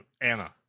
Anna